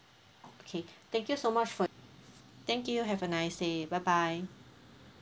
okay thank you so much for thank you have a nice day bye bye